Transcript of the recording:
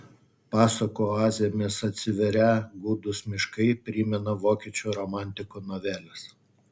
pasakų oazėmis atsiverią gūdūs miškai primena vokiečių romantikų noveles